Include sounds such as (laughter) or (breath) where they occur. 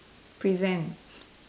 present (breath)